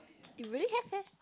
it really have eh